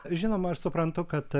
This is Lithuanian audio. žinoma aš suprantu kad